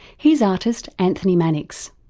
here's artist anthony mannix.